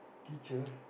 teacher